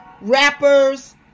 Rappers